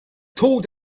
told